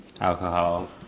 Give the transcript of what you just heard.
alcohol